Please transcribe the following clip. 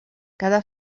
cada